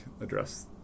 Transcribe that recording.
address